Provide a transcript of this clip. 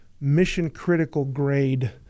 mission-critical-grade